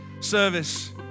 service